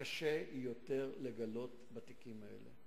קשה יותר לגלות בתיקים האלה.